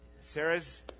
Sarah's